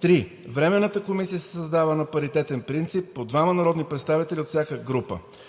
3. Временната комисия се създава на паритетен принцип – по двама народни представители от всяка